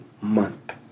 month